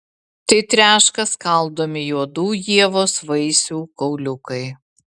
tai treška skaldomi juodų ievos vaisių kauliukai